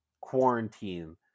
quarantine